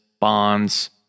bonds